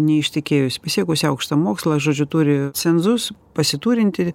neištekėjus pasiekusi aukštą mokslą žodžiu turi cenzus pasiturinti